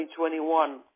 2021